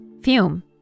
fume